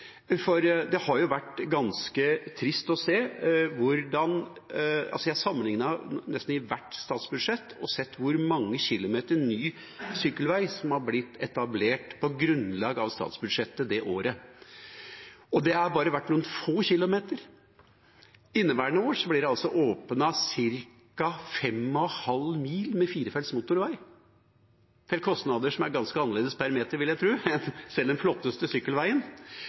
har sammenlignet statsbudsjettet for nesten hvert år og sett hvor mange kilometer ny sykkelvei som har blitt etablert på grunnlag av statsbudsjettet det året, og det har vært ganske trist å se at det bare har vært noen få kilometer. I inneværende år blir det åpnet ca. 5,5 mil med firefelts motorvei – til kostnader som jeg vil tro er ganske annerledes per meter enn for sjøl den flotteste sykkelveien.